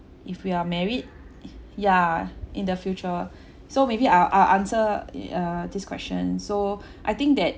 if we are married yeah in the future so maybe I'll I'll answer err this question so I think that